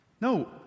no